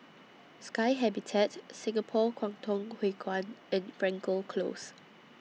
Sky Habitat Singapore Kwangtung Hui Kuan and Frankel Close